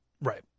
Right